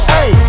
Hey